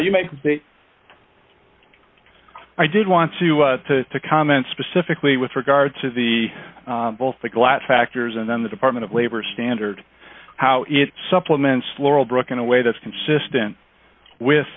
you may i did want to comment specifically with regard to the both the glass factors and then the department of labor standard how it supplements laurel brook in a way that's consistent with